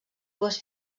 dues